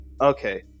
Okay